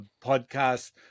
podcast